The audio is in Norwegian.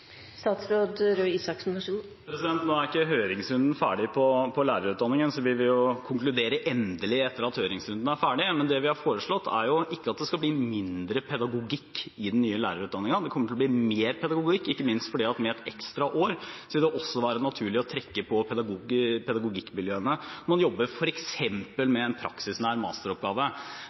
Nå er ikke høringsrunden om lærerutdanningen ferdig, og vi vil konkludere endelig etter at høringsrunden er ferdig. Men det vi har foreslått, er jo ikke at det skal bli mindre pedagogikk i den nye lærerutdanningen. Det kommer til å bli mer pedagogikk, ikke minst fordi at med et ekstra år vil det også være naturlig å trekke på pedagogikkmiljøene. Man jobber f.eks. med en praksisnær masteroppgave.